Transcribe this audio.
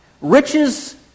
riches